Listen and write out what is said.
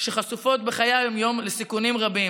שחשופות בחיי היום-יום לסיכונים רבים.